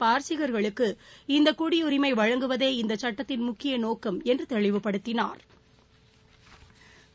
பார்ஸிகர்களுக்கு இந்திய குடியுரிமை வழங்குவதே இந்த சட்டத்தின் முக்கிய நோக்கம் என்று தெளிவுபடுத்தினாா்